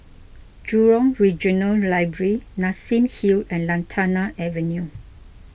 Jurong Regional Library Nassim Hill and Lantana Avenue